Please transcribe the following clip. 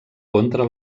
contra